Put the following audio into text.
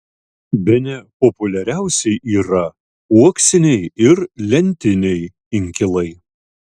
bene populiariausi yra uoksiniai ir lentiniai inkilai